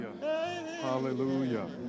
Hallelujah